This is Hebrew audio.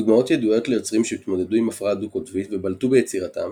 דוגמאות ידועות ליוצרים שהתמודדו עם הפרעה דו-קוטבית ובלטו ביצירתם